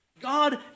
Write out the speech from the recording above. God